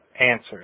answers